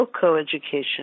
coeducation